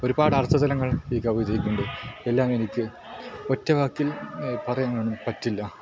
ഒരുപാട് അർഥ തലങ്ങൾ ഈ കവിതയിലുണ്ട് എല്ലാം എനിക്ക് ഒറ്റ വാക്കിൽ പറയാനൊന്നും പറ്റില്ല